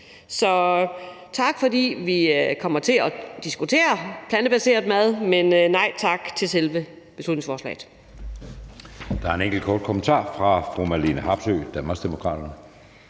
Så tak, fordi vi kommer til at diskutere plantebaseret mad, men nej tak til selve beslutningsforslaget.